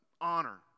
Honor